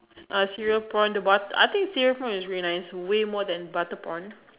uh cereal prawn the butter I think cereal prawn is really nice way more than butter prawn